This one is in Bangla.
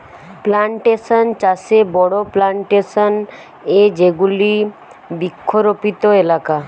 প্লানটেশন চাষে বড়ো প্লানটেশন এ যেগুলি বৃক্ষরোপিত এলাকা